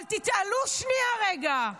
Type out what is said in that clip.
אבל תתעלו שנייה רגע.